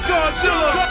Godzilla